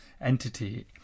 entity